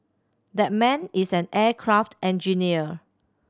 that man is an aircraft engineer